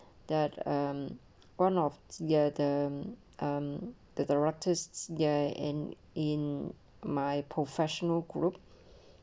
that um one of the the um the the rates there and in my professional crook